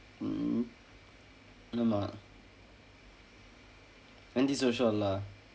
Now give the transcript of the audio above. mm ஆமாம்:aamaam antisocial lah